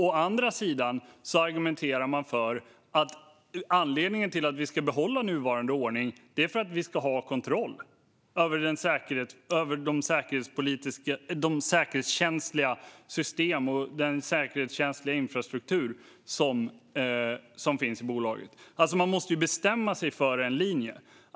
Å andra sidan argumenterar man för att anledningen till att vi ska behålla nuvarande ordning är att vi ska ha kontroll över de säkerhetskänsliga system och den säkerhetskänsliga infrastruktur som finns i bolaget. Man måste bestämma sig för en linje.